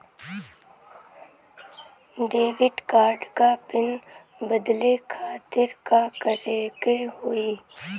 Debit card क pin बदले खातिर का करेके होई?